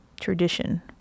tradition